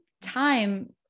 time